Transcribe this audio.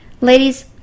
ladies